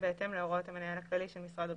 בהתאם להוראות המנהל הכללי של משרד הבריאות".